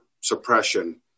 suppression